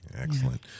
Excellent